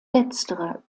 letztere